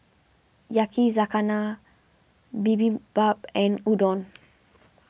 Yakizakana Bibimbap and Udon